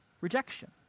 rejection